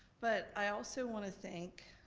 but i also want to thank